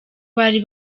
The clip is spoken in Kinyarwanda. bari